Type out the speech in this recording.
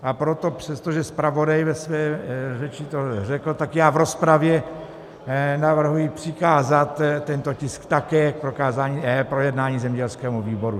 A proto přestože zpravodaj ve své řeči to řekl, tak já v rozpravě navrhuji přikázat tento tisk také k projednání zemědělskému výboru.